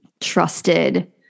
trusted